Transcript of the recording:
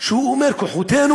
כשהוא אומר "כוחותינו".